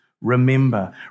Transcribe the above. remember